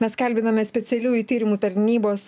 mes kalbinome specialiųjų tyrimų tarnybos